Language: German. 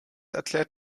erklärt